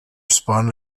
spun